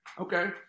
okay